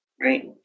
right